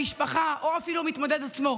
המשפחה או אפילו המתמודד עצמו,